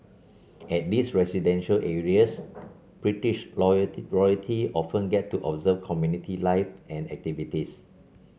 at these residential areas British royalty often get to observe community life and activities